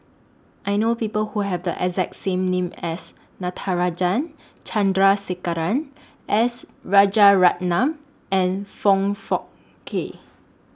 I know People Who Have The exact same name as Natarajan Chandrasekaran S Rajaratnam and Foong Fook Kay